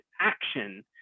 action